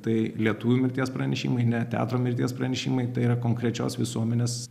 tai lietuvių mirties pranešimai ne teatro mirties pranešimai tai yra konkrečios visuomenės